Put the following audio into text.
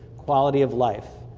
quality of life.